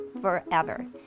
forever